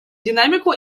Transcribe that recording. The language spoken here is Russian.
динамику